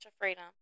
freedom